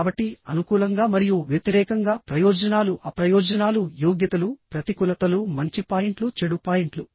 కాబట్టిఅనుకూలంగా మరియు వ్యతిరేకంగాప్రయోజనాలు అప్రయోజనాలు యోగ్యతలు ప్రతికూలతలు మంచి పాయింట్లు చెడు పాయింట్లు